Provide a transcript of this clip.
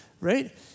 right